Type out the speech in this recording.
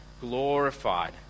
glorified